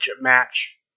match